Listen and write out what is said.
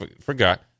forgot